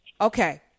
okay